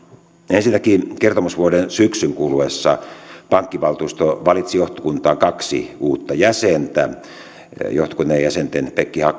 ensinnäkin kertomusvuoden syksyn kuluessa pankkivaltuusto valitsi johtokuntaan kaksi uutta jäsentä johtokunnan jäsenten